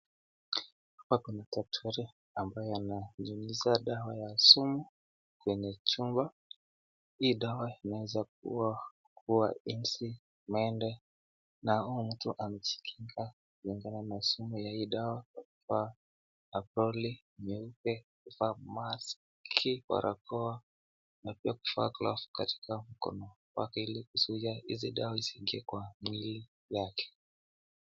Hapa kuna daktari ambaye ananyunyiza dawa ya sumu kwenye chumba hii dawa inaweza kuua nzi, mende na huyu mtu amejikinga kutokana na sumu ya hii dawa. Amevaa ovaroli nyeupe, amevaa maski, barakoa na pia kuvaa glavu katika mikono wake ili kuzuia hii dawa isiingie kwa mwili yake.